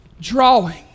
drawing